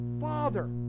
father